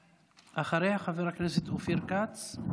אחריה, חבר הכנסת אופיר כץ.